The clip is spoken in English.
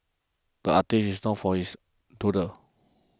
the artist is known for his doodles